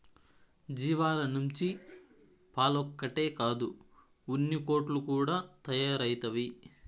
జీవాల నుంచి పాలొక్కటే కాదు ఉన్నికోట్లు కూడా తయారైతవి